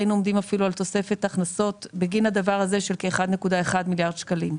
היינו עומדים על תוספת הכנסות בגין הדבר הזה של כ-1.1 מיליארד שקלים.